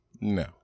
No